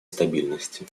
стабильности